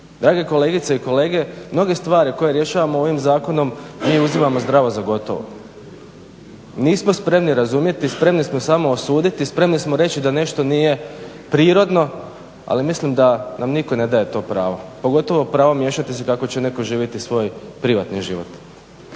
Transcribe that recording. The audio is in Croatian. Drage kolegice i kolege mnoge stvari koje rješavamo ovim Zakonom mi uzimamo zdravo za gotovo. Nismo spremni razumjeti, spremni smo samo osuditi, spremni smo reći da nešto nije prirodno, ali mislim da nam nitko ne daje to pravo pogotovo pravo miješati se kako će netko živjeti svoj privatni život.